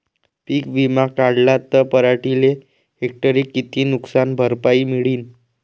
पीक विमा काढला त पराटीले हेक्टरी किती नुकसान भरपाई मिळीनं?